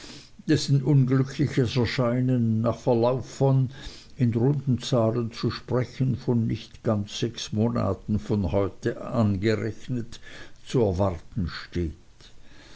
dessen unglückliches erscheinen nach verlauf von in runden zahlen zu sprechen von nicht ganz sechs monaten von heute an gerechnet zu erwarten steht